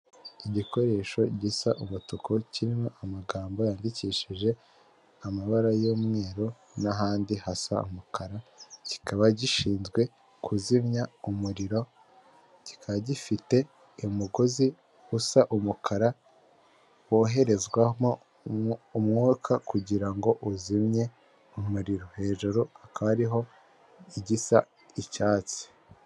Igikoresho gisa umutuku kirimo amagambo yandikishije amabara y'umweru n'ahandi hasa umukara, kikaba gishinzwe kuzimya umuriro kikaba gifite umugozi usa umukara, woherezwamo umwuka kugirango uzimye umuriro, hejuru haka hariho igisa icyatsi.